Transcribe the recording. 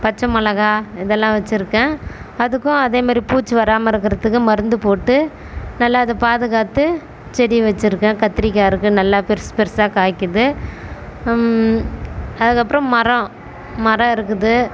பச்சை மொளகாய் இதெல்லாம் வச்சுருக்கேன் அதுக்கும் அதே மாதிரி பூச்சி வராமல் இருக்கிறதுக்கு மருந்து போட்டு நல்லா அதை பாதுகாத்து செடி வச்சுருக்கேன் கத்திரிக்காய் இருக்குது நல்லா பெரிசு பெரிசா காய்க்கிறது அதுக்கப்புறம் மரம் மரம் இருக்குது